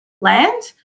land